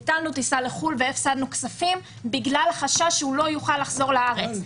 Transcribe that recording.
ביטלנו טיסה לחו"ל והפסדנו כסף בגלל החשש שהוא לא יוכל לחזור לארץ.